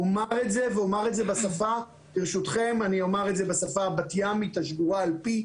אומר את זה ואומר בשפה הבת-ימית השגורה בפי,